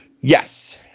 yes